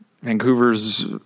Vancouver's